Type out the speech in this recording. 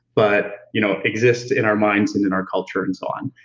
but you know exists in our minds and in our culture and so on.